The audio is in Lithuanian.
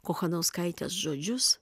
kochanauskaitės žodžius